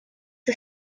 the